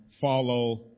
follow